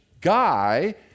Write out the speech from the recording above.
guy